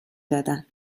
دادن